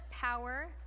power